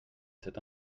cet